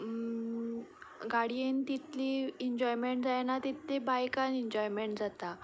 गाडयेन तितली एजॉयमेंट जायना तितली बायकान एनजॉमेंट जाता